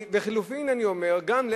לחלופין אני אומר גם,